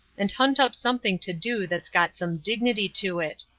and hunt up something to do that's got some dignity to it!